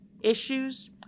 issues